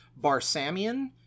Barsamian